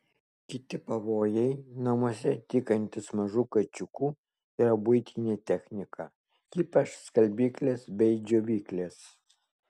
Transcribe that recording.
kiti pavojai namuose tykantys mažų kačiukų yra buitinė technika ypač skalbyklės bei džiovyklės